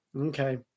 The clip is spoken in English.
Okay